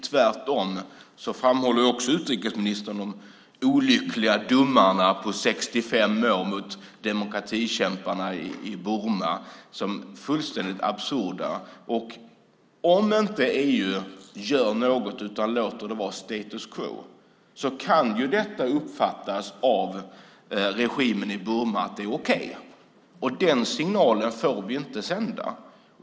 Tvärtom framhåller också utrikesministern de olyckliga domarna i 65 mål mot demokratikämparna i Burma som fullständigt absurda. Om EU inte gör något utan låter det vara status quo kan detta uppfattas av regimen i Burma som att det är okej, och den signalen får vi inte sända.